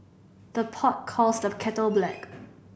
the pot calls the kettle black